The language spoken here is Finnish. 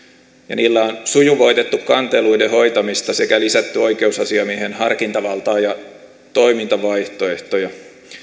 niillä on sujuvoitettu kanteluiden hoitamista sekä lisätty oikeusasiamiehen harkintavaltaa ja toimintavaihtoehtoja